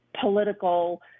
political